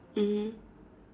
mm